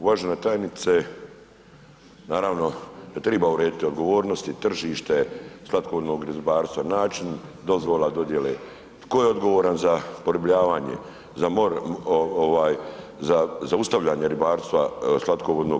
Uvažena tajnice, naravno da triba urediti odgovornosti i tržište slatkovodnog ribarstva, način dozvola, dodijele, tko je odgovoran za poribljavanje, za zaustavljanje ribarstva slatkovodnog.